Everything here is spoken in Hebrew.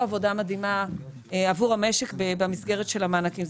עבודה מדהימה עבור המשק במסגרת של המענקים.